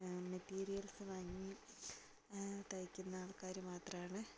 materials വാങ്ങി തയ്ക്കുന്ന ആൾക്കാർ മാത്രമാണ്